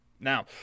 now